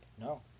No